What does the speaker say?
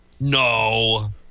no